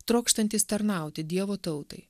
trokštantys tarnauti dievo tautai